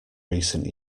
recent